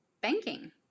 banking